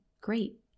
great